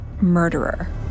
murderer